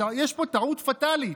יש פה טעות פטאלית,